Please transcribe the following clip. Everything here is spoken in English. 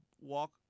walk